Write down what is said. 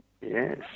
Yes